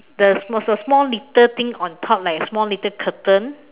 the small little thing on top like a small little curtain